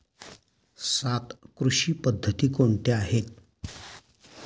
सात कृषी पद्धती कोणत्या आहेत?